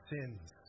sins